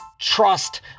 Trust